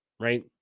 right